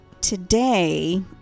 today